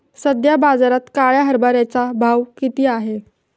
सध्या बाजारात काळ्या हरभऱ्याचा भाव किती आहे?